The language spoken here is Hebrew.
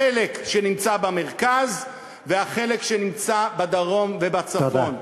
החלק שנמצא במרכז והחלק שנמצא בדרום ובצפון.